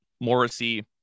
Morrissey